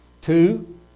Two